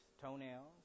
toenails